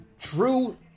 true